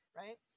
right